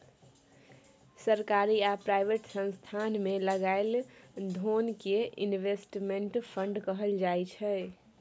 सरकारी आ प्राइवेट संस्थान मे लगाएल धोन कें इनवेस्टमेंट फंड कहल जाय छइ